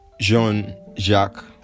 Jean-Jacques